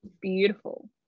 beautiful